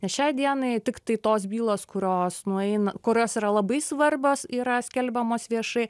nes šiai dienai tiktai tos bylos kurios nueina kurios yra labai svarbios yra skelbiamos viešai